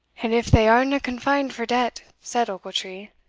and if they arena confined for debt, said ochiltree,